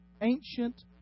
ancient